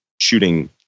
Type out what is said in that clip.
shooting